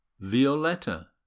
Violetta